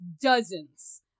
dozens